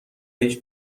بهش